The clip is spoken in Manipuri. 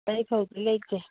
ꯑꯇꯩ ꯐꯧꯗꯤ ꯂꯩꯇꯦ